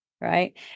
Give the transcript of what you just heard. right